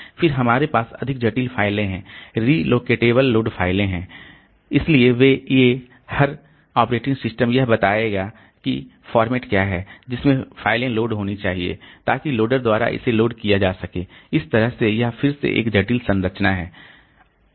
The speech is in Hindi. फिर हमारे पास अधिक जटिल फाइलें हैं रिलोकेबल लोड फाइलें हैं इसलिए ये हर ऑपरेटिंग सिस्टम यह बताएगा कि प्रारूप क्या है जिसमें लोड फाइल होनी चाहिए ताकि लोडर द्वारा इसे लोड किया जा सके इस तरह यह फिर से एक जटिल संरचना है